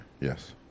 yes